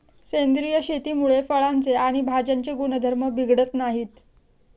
सेंद्रिय शेतीमुळे फळांचे आणि भाज्यांचे गुणधर्म बिघडत नाहीत